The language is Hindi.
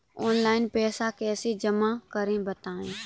ऑनलाइन पैसा कैसे जमा करें बताएँ?